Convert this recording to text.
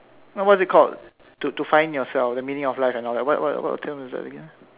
no what's is it called to to find yourself the meaning of life and all that what what what term is that again